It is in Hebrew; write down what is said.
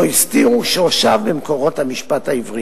לא הסתירו את שורשיו במקורות המשפט העברי.